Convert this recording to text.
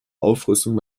aufrüstung